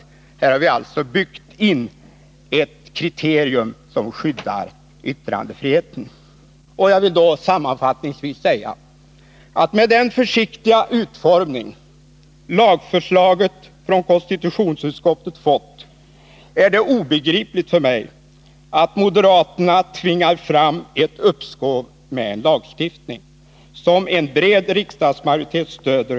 Här har vi alltså byggt in ett kriterium som skyddar yttrandefriheten. Jag vill sammanfattningsvis säga att med hänsyn till den försiktiga utformning lagförslaget från konstitutionsutskottet fått är det obegripligt för mig att moderaterna vill tvinga fram ett uppskov med lagstiftning som en bred riksdagsmajoritet stöder.